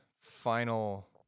final